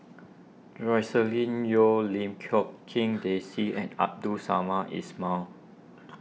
Joscelin Yeo Lim Quee King Daisy and Abdul Samad Ismail